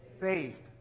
faith